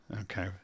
Okay